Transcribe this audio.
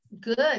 Good